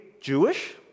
Jewish